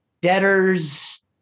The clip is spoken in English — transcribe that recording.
debtors